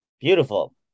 Beautiful